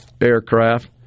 aircraft